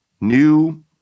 new